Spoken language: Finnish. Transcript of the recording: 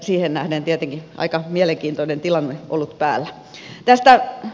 siihen nähden tietenkin aika mielenkiintoinen tilanne on ollut päällä